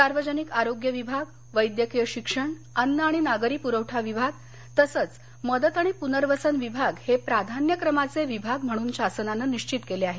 सार्वजनिक आरोग्य विभाग वैद्यकीय शिक्षण अन्न आणि नागरी पुरवठा विभाग तसंच मदत आणि प्नर्वसन विभाग हे प्राधान्यक्रमाचे विभाग म्हणून शासनानं निश्चित केले आहेत